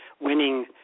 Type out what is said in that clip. winning